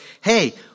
Hey